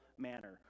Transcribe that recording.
manner